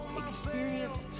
experience